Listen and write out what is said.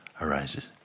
arises